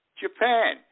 Japan